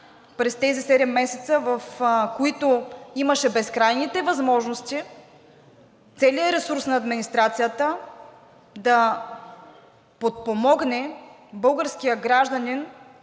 през тези 7 месеца, в които имаше безкрайните възможности с целия ресурс на администрацията да подпомогне българския гражданин